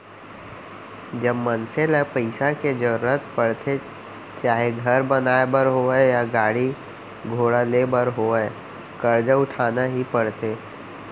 जब मनसे ल पइसा के जरुरत परथे चाहे घर बनाए बर होवय या गाड़ी घोड़ा लेय बर होवय करजा उठाना ही परथे